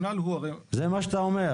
זה מה שאתה אומר.